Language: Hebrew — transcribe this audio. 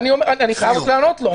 אני חייב לענות לו.